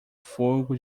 fogo